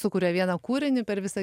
sukuria vieną kūrinį per visą